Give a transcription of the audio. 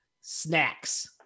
snacks